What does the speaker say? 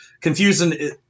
confusing